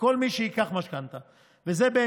וכל מי שייקח משכנתה,